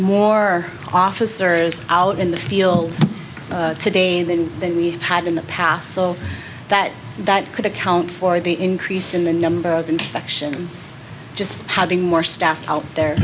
more officers out in the field today than than we had in the past so that that could account for the increase in the number of infections just having more staff out there